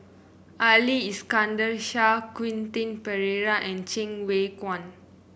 Ali Iskandar Shah Quentin Pereira and Cheng Wai Keung